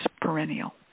perennial